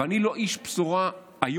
אבל אני לא איש בשורה היום.